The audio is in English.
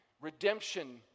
Redemption